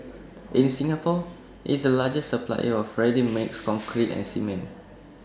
in Singapore IT is the largest supplier of ready mixed concrete and cement